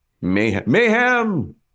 mayhem